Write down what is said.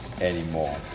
anymore